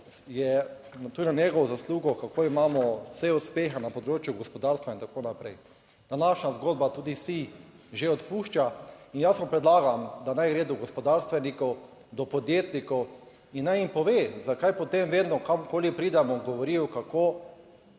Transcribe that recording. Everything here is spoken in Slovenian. je tudi na njegovo zaslugo, kako imamo vse uspehe na področju gospodarstva in tako naprej. Današnja zgodba tudi vsi že odpušča in jaz mu predlagam, da naj gre do gospodarstvenikov, do podjetnikov in naj jim pove zakaj potem vedno kamorkoli pridemo govorijo kako